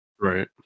Right